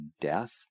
death